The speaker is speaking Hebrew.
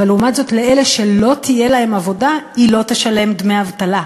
אבל לעומת זאת לאלה שלא תהיה עבודה היא לא תשלם דמי אבטלה.